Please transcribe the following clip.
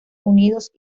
unidos